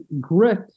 grit